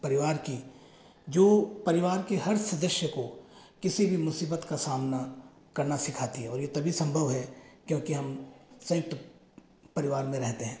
परिवार की जो परिवार के हर सदस्य को किसी भी मुसीबत का सामना करना सिखाती है और ये तभी संभव है क्योंकि हम संयुक्त परिवार में रहते है